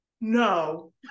no